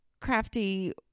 crafty